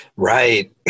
Right